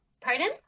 pardon